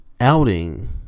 outing